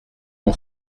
mon